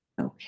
Okay